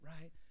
right